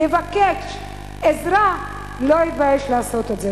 לבקש עזרה, לא יתבייש לעשות את זה.